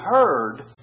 heard